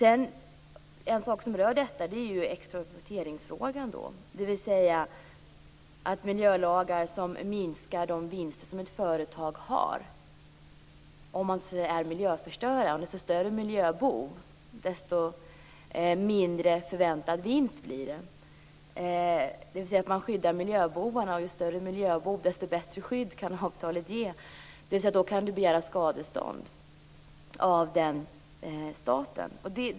En fråga som rör detta är att miljölagar kan minska de vinster som ett företag har om det är miljöförstörande: ju större miljöbov, desto mindre förväntad vinst blir det. Men här skyddar man alltså miljöbovarna: ju större miljöbov, desto bättre skydd kan avtalet ge. Då kan företaget begära skadestånd av staten.